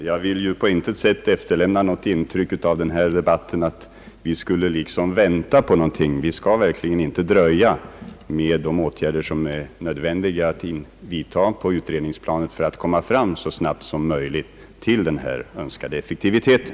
Herr talman! Jag vill på intet sätt efterlämna det intrycket från denna debatt att vi skulle liksom vänta på någonting. Vi skall verkligen inte dröja med de åtgärder som är nödvändiga att vidta på utredningsplanet för att så snabbt som möjligt komma fram till den önskade effektiviteten.